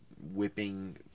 Whipping